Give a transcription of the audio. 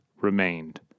remained